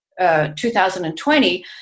2020